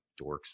dorks